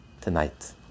tonight